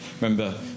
Remember